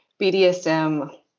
BDSM